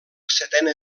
setena